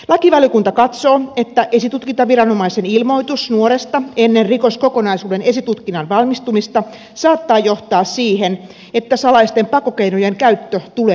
lakivaliokunta katsoo että esitutkintaviranomaisen ilmoitus nuoresta ennen rikoskokonaisuuden esitutkinnan valmistumista saattaa johtaa siihen että salaisten pakkokeinojen käyttö tulee julki